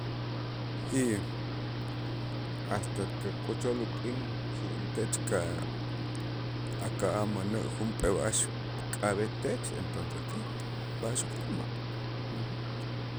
y hasta que k'ochol uk'in si intech ka aka'aj mänä' junp'ee b'a'ax k'ab'etech entonces si b'a'ax uka'aj ma'.